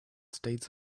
states